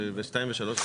ו-2 ו-3,